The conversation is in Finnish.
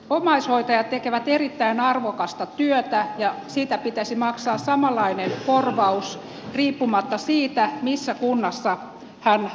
omaishoitajat tekevät erittäin arvokasta työtä ja siitä pitäisi maksaa samanlainen korvaus riippumatta siitä missä kunnassa hän asuu